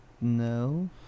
no